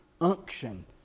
Unction